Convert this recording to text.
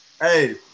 Hey